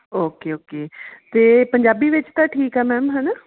okay okay ਅਤੇ ਪੰਜਾਬੀ ਵਿੱਚ ਤਾਂ ਠੀਕ ਆ ਮੈਮ ਹੈ ਨਾ